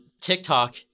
TikTok